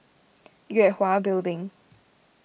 Yue Hwa Building